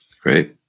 Great